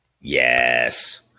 yes